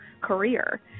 career